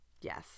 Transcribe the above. yes